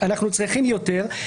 אנחנו צריכים יותר,